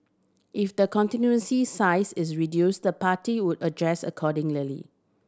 if the constituency's size is reduced the party would adjust accordingly